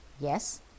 Yes